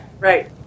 Right